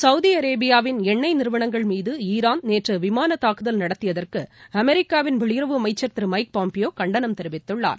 Saudi அரேபியாவின் எண்ணெய் நிறுவனங்கள் மீது ஈரான் நேற்று விமானத்தாக்குதல் நடத்தியதற்கு அமெரிக்காவின் வெளியுறவு அமைச்சர் திரு மைக் பாம்பியோ கண்டனம் தெரிவித்துள்ளார்